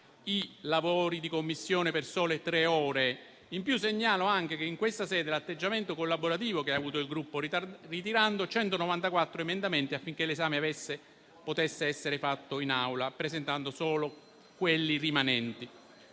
i lavori di Commissione per sole tre ore. In più, segnalo anche in questa sede l'atteggiamento collaborativo che ha avuto il Gruppo, ritirando 194 emendamenti affinché l'esame potesse essere fatto in Aula, presentando solo quelli rimanenti.